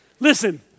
Listen